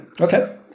Okay